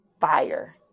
fire